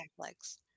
complex